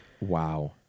Wow